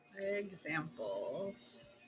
Examples